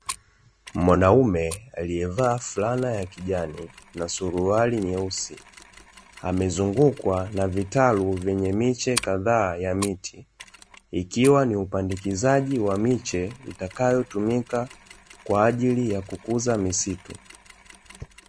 Mwanaume alievaa fulana ya kijani, na suruali nyeusi amezungukwa na vitalu vyenye miche kadhaa ya miti. Ikiwa ni upandikizaji wa miche, itakayotumika kwa ajili ya kukuza misitu.